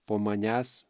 po manęs